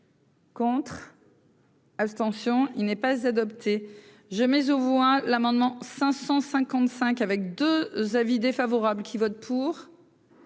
Contre. Abstention : il n'est pas adopté, je mais aux voix l'amendement 555 avec 2 avis défavorables qui vote pour.